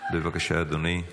בבקשה, אדוני,